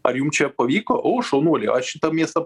ar jum čia pavyko o šaunuoliai a šitą miestą